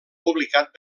publicat